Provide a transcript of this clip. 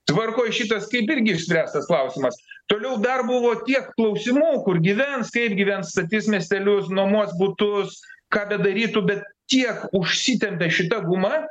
tvarkoj šitas kaip irgi išspręstas klausimas toliau dar buvo tiek klausimų kur gyvens kaip gyvens statys miestelius nuomos butus ką bedarytų bet tiek užsitempė šita guma